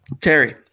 Terry